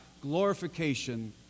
glorification